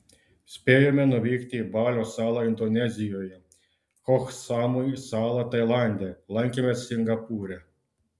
spėjome nuvykti į balio salą indonezijoje koh samui salą tailande lankėmės singapūre